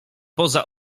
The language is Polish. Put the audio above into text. poza